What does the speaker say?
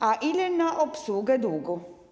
A ile na obsługę długu?